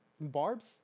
Barbs